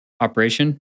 operation